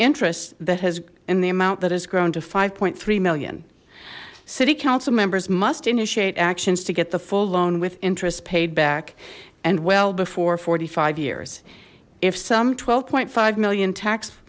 interest that has been the amount that has grown to five point three million city council members must initiate actions to get the full loan with interest paid back and well before forty five years if some twelve five million tax